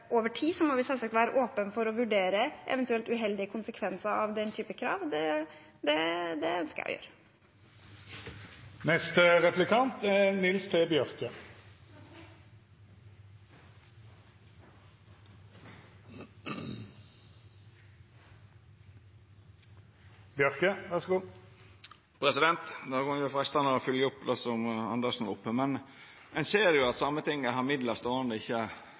over tid må vi selvsagt være åpne for å vurdere eventuelt uheldige konsekvenser av denne typen krav. Det ønsker jeg å gjøre. Det kunne vore freistande å fylgja opp det som representanten Andersen tok opp. Ein ser at Sametinget har midlar ståande som dei ikkje